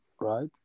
right